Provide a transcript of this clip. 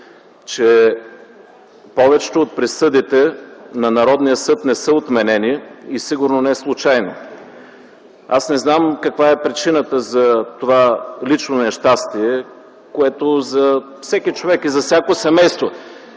че повечето от присъдите на Народния съд не са отменени и сигурно неслучайно. Не знам каква е причината за личното нещастие, каквото има за всеки човек и за всяко семейство,